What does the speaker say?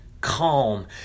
calm